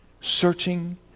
searching